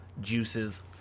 juices